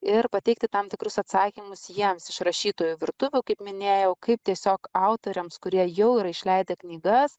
ir pateikti tam tikrus atsakymus jiems iš rašytojų virtuvių kaip minėjau kaip tiesiog autoriams kurie jau yra išleidę knygas